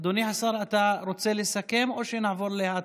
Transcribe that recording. אדוני השר, אתה רוצה לסכם או שנעבור להצבעה?